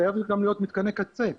חייבים להיות גם מתקני קצה,